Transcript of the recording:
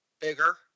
bigger